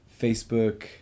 Facebook